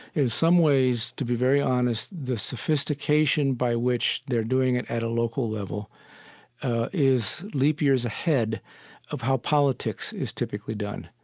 some ways, to be very honest, the sophistication by which they're doing it at a local level ah is leap years ahead of how politics is typically done,